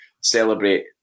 celebrate